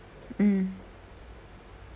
mm